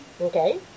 Okay